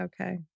okay